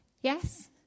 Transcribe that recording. Yes